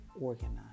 organized